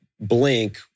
blink